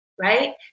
Right